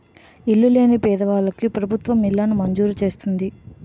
ఇల్లు లేని పేదవాళ్ళకి ప్రభుత్వం ఇళ్లను మంజూరు చేస్తుంది